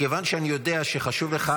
מכיוון שאני יודע --- פנסיות.